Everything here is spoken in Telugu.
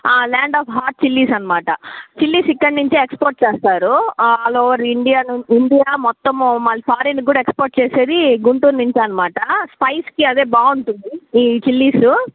ల్యాండ్ ఆఫ్ హాట్ చిల్లీస్ అనమాట చిల్లీస్ ఇక్కడి నుంచే ఎక్సపోర్ట్ చేస్తారు ఆల్ ఓవర్ ఇండియా నుం ఇండియా మొత్తము మన ఫారీన్ కూడా ఎక్సపోర్ట్ చేసేది గుంటూరు నుంచే అనమాట స్పైస్కి అదే బాగుంటుంది ఈ చిల్లీసు